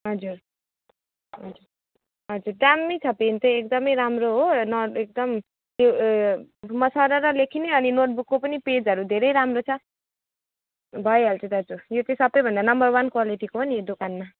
हजुर हजुर दामी छ पेन चाहिँ एकदमै राम्रो हो एकदम सरर लेखिने अनि नोटबुकको पनि पेजहरू धेरै राम्रो छ भइहाल्छ दाजु यो चाहिँ सबैभन्दा नम्बर वन क्वालिटीको हो नि यो दोकानमा